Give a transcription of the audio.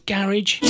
Garage